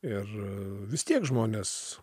ir vis tiek žmonės